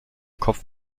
kopf